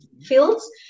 fields